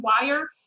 WIRE